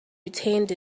retained